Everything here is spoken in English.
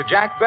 Jack